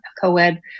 co-ed